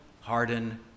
harden